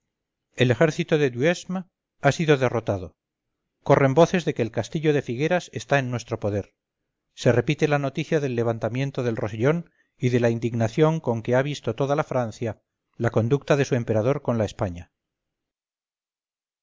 el ejército de duhesme ha sido derrotado corren voces de que el castillo de figueras está en nuestro poder se repite la noticia del levantamiento del rosellón y de la indignación con que ha visto toda la francia la conducta de su emperador con la españa